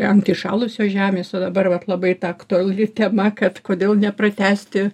ant įšalusios žemės o dabar vat labai ta aktuali tema kad kodėl nepratęsti